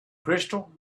crystal